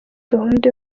gahunda